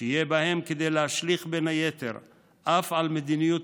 שיהיה בהן כדי להשליך בין היתר אף על מדיניות